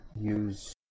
use